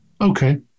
okay